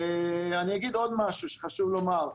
אני אגיד עוד משהו, שחשוב לומר,